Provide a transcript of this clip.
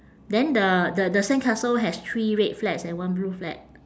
then the the the sandcastle has three red flags and one blue flag